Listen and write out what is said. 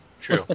True